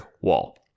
Wall